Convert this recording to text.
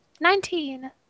Nineteen